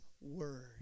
word